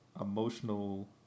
emotional